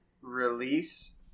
release